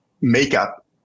makeup